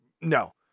No